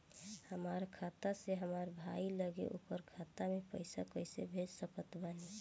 हमार खाता से हमार भाई लगे ओकर खाता मे पईसा कईसे भेज सकत बानी?